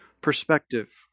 perspective